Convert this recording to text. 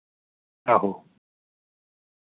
आहो